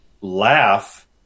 laugh